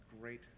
great